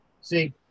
see